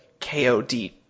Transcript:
KOD